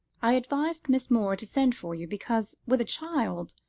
i advised miss moore to send for you, because with a child,